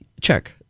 check